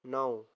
नौ